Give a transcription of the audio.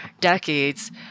decades